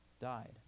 died